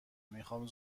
میخام